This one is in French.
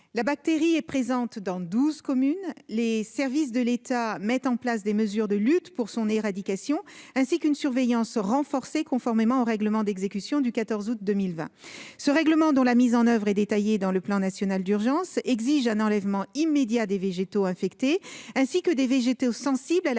La bactérie est présente dans douze communes. Les services de l'État mettent en place des mesures de lutte afin de l'éradiquer, ainsi qu'une surveillance renforcée, conformément au règlement d'exécution du 14 août 2020. Ce règlement, dont la mise en oeuvre est détaillée dans le plan national d'urgence, exige un enlèvement immédiat des végétaux infectés, ainsi que des végétaux sensibles à la bactérie